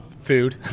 food